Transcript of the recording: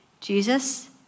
Jesus